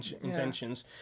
intentions